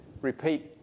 repeat